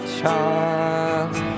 child